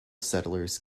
settlers